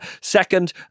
Second